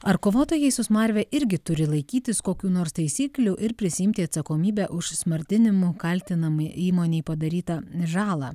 ar kovotojai su smarve irgi turi laikytis kokių nors taisyklių ir prisiimti atsakomybę už smardinimu kaltinamai įmonei padarytą žalą